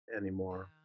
anymore